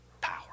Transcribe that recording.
power